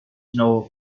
know